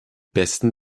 besten